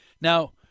Now